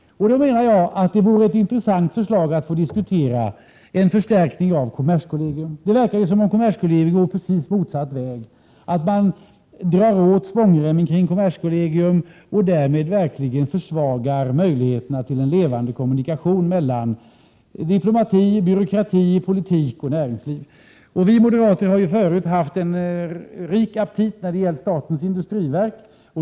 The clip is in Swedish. Jag menar att det därför vore intressant att få diskutera förslaget om en förstärkning av kommerskollegium. Det verkar ju som om kommerskollegium går precis motsatt väg, att man drar åt svångremmen kring kommerskollegium och därmed verkligen försämrar möjligheterna till en levande kommunikation mellan diplomati, byråkrati, politik och näringsliv. Vi moderater har ju förut haft en rik aptit när det har gällt statens industriverk.